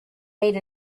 made